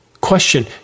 Question